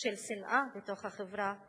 של שנאה בתוך החברה,